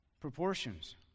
proportions